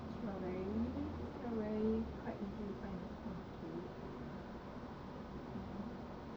strawberries strawberries quite easy to find in the supermarket so